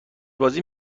بازی